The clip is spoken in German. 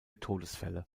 todesfälle